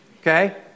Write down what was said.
okay